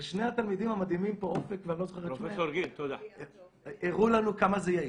ושני התלמידים המדהימים פה הראו לנו כמה זה יעיל.